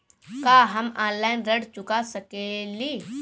का हम ऑनलाइन ऋण चुका सके ली?